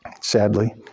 sadly